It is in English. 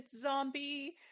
zombie